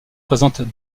présentes